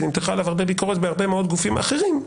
כי נמתחה עליו הרבה ביקורת בהרבה מאוד גופים אחרים,